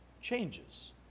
changes